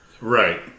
Right